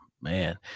man